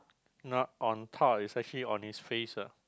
not on top it's actually on his face ah